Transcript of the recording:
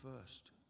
first